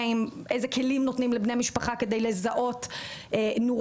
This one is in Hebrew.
איזה כלים נותנים לבני המשפחה כדי לזהות נורות